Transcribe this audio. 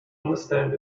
understand